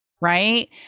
Right